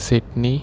Sydney